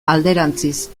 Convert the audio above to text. alderantziz